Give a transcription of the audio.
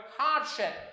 hardship